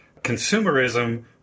consumerism